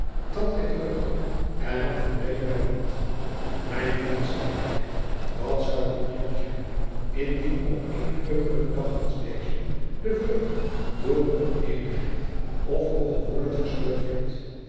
trad hij terug en nam van reede bij de hand mijn vriend zeide hij wat zoude het jammer zijn indien op eenen heuchelijken dag als deze de vreugd door oneenigheid of hooge woorden verstoord werd